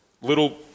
little